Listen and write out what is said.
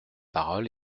parole